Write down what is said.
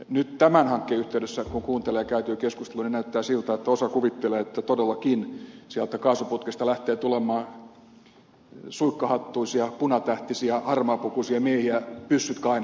nyt tämän hankkeen yhteydessä kun kuuntelee käytyä keskustelua niin näyttää siltä että osa kuvittelee että todellakin sieltä kaasuputkesta lähtee tulemaan suikkahattuisia punatähtisiä harmaapukuisia miehiä pyssyt kainalossa